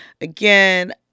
Again